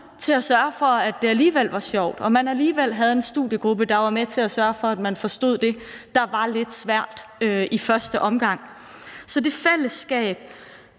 til at sørge for, at det alligevel var sjovt. Det at have en studiegruppe var med til at sørge for, at jeg forstod det, der var lidt svært i første omgang. Så det handler